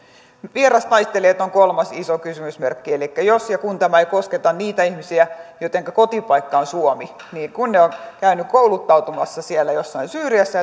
vierastaistelijat on kolmas iso kysymysmerkki elikkä jos ja kun tämä ei kosketa niitä ihmisiä joittenka kotipaikka on suomi niin kun he ovat käyneet kouluttautumassa siellä jossain syyriassa